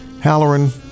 halloran